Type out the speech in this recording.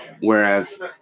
whereas